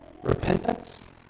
repentance